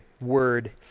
word